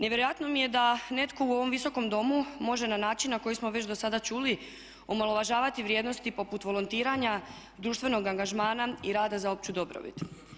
Nevjerojatno mi je da netko u ovom Visokom domu može na način na koji smo već do sada čuli omalovažavati vrijednosti poput volontirana društvenog angažmana i rada za opću dobrobit.